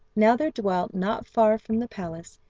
now there dwelt, not far from the palace,